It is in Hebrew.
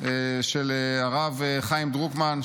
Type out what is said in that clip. של הרב חיים דרוקמן,